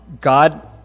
God